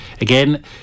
again